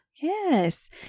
yes